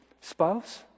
spouse